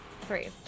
Three